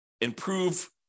improve